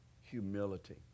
humility